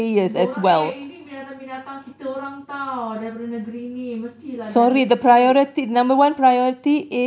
dia orang eh ini binatang-binatang kita orang [tau] daripada negeri ini mesti lah jaga sikit